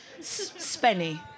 spenny